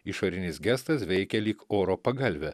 išorinis gestas veikė lyg oro pagalvė